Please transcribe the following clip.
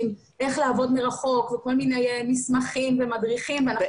איך לעבוד מרחוק וכל מיני מסמכים ומדריכים ואנחנו